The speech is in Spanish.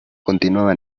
continuaba